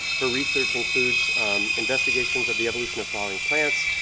her research includes investigations of the evolution of flowering plants.